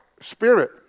spirit